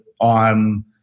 on